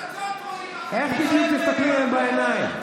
רואים, איך בדיוק תסתכלו להם בעיניים?